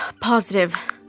positive